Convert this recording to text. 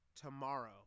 tomorrow